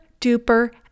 duper